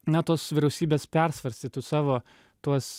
na tos vyriausybės persvarstytų savo tuos